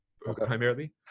primarily